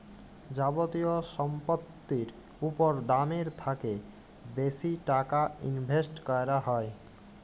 যাবতীয় সম্পত্তির উপর দামের থ্যাকে বেশি টাকা ইনভেস্ট ক্যরা হ্যয়